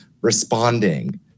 responding